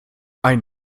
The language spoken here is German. ein